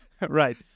Right